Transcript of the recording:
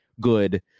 good